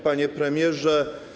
Panie Premierze!